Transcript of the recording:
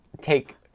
take